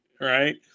right